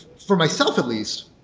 for myself at least,